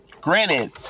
granted